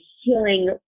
healing